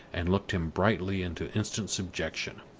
and looked him brightly into instant subjection.